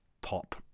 pop